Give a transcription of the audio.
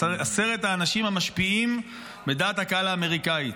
עשרת האנשים המשפיעים בדעת הקהל האמריקאית.